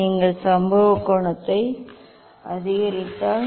நீங்கள் சம்பவ கோணத்தை அதிகரித்தால்